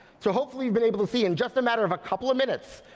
so hopefully, we've been able to see in just a matter of a couple of minutes,